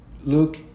Luke